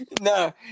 No